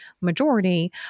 majority